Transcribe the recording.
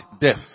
death